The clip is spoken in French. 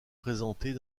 présentée